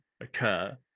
occur